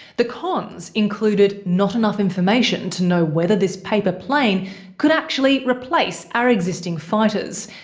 the cons included not enough information to know whether this paper plane could actually replace our existing fighters,